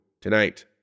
tonight